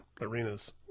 arenas